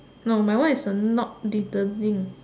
no mine one is a not littering